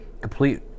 complete